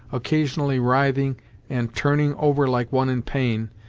occasionally writhing and turning over like one in pain,